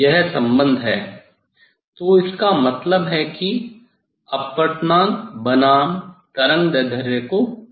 यह संबंध है तो इसका मतलब है कि अपवर्तनांक बनाम तरंग दैर्ध्य को ड्रा करना